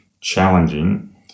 challenging